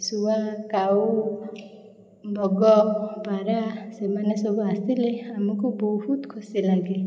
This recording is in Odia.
ଶୁଆ କାଉ ବଗ ପାରା ସେମାନେ ସବୁ ଆସିଲେ ଆମକୁ ବହୁତ ଖୁସିଲାଗେ